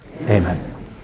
Amen